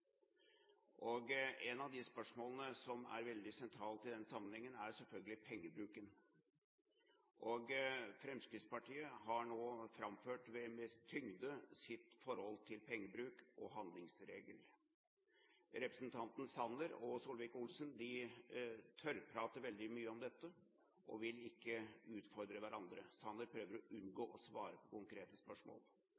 av de spørsmålene som er veldig sentralt i den sammenheng, er selvfølgelig pengebruken. Fremskrittspartiet har nå framført med tyngde sitt forhold til pengebruk og handlingsregelen. Representantene Sanner og Solvik-Olsen tørrprater veldig mye om dette og vil ikke utfordre hverandre. Sanner prøver å unngå